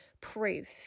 proof